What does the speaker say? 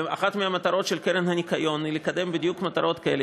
ואחת המטרות של הקרן לשמירת הניקיון היא לקדם בדיוק מטרות כאלה,